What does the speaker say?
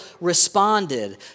responded